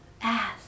Ask